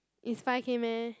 is five K meh